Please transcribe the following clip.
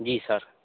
जी sir